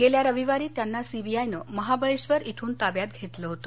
गेल्या रविवारी त्यांना सीबीआयनं महाबळेबर इथून ताब्यात घेतलं होतं